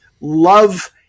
love